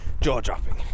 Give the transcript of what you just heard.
Jaw-dropping